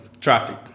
traffic